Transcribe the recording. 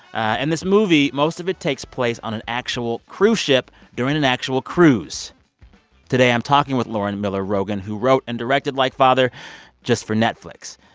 and this movie, most of it takes place on an actual cruise ship during an actual cruise today i'm talking with lauren miller rogen, who wrote and directed like father just for netflix.